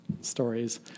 stories